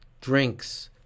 drinks